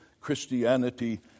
Christianity